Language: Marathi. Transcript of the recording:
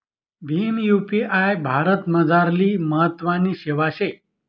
भीम यु.पी.आय भारतमझारली महत्वनी सेवा शे